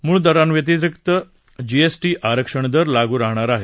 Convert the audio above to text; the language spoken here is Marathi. मूळ दरांव्यतिरिक्त जी सि टी आरक्षण दर लागू राहणार आहेत